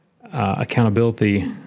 accountability